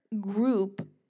group